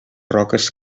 roques